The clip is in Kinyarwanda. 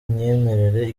imyemerere